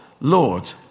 Lord